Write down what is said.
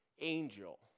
angel